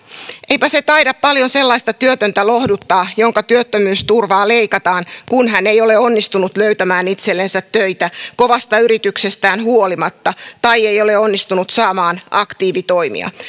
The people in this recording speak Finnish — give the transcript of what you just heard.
eipä se taida paljon sellaista työtöntä lohduttaa jonka työttömyysturvaa leikataan kun hän ei ole onnistunut löytämään itsellensä töitä kovasta yrityksestään huolimatta tai ei ole onnistunut saamaan aktiivitoimia